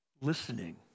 listening